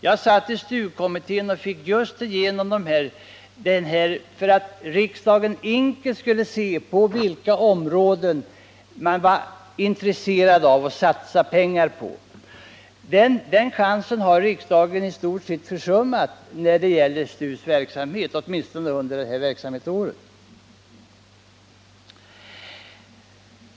Jag satt med i STU-kommittén och gick först igenom det här för att riksdagen på ett enkelt sätt skulle kunna se på vilka områden den kunde vara intresserad av att satsa pengar. Den chansen har riksdagen i stort sett försummat när det gäller STU:s verksamhet, åtminstone under det här verksamhetsåret.